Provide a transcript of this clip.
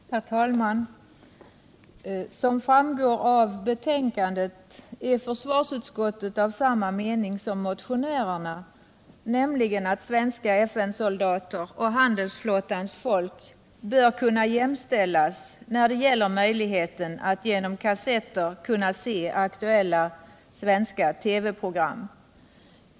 Herr talman! Som framgår av betänkandet är försvarsutskottet av samma mening som motionärerna, nämligen att svenska FN-soldater och handelsflottans folk bör kunna jämställas när det gäller möjligheten att genom kassetter kunna se aktuella svenska TV-program.